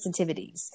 sensitivities